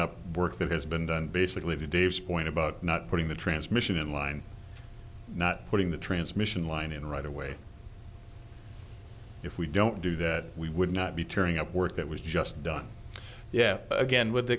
up work that has been done basically to dave's point about not putting the transmission in line not putting the transmission line in right away if we don't do that we would not be turning up work that was just done yet again with the